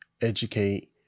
educate